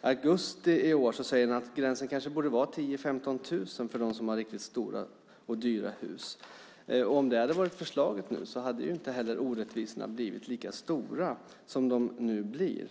augusti i år säger han att gränsen kanske borde vara 10 000-15 000 för dem som har riktigt stora och dyra hus. Om det hade varit förslaget nu hade inte heller orättvisorna blivit lika stora som de nu blir.